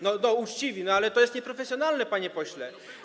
No to uczciwi, ale to jest nieprofesjonalne, panie pośle.